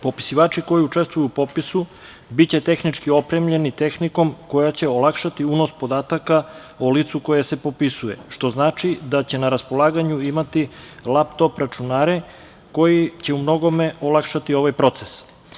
Popisivači koji učestvuju u popisu biće tehnički opremljeni tehnikom koja će olakšati unos podataka o licu koje se popisuje, što znači da će na raspolaganju imati laptop računare koji će u mnogome olakšati ovaj proces.